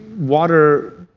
water